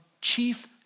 Chief